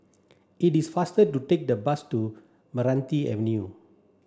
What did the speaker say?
it is faster to take the bus to Meranti Avenue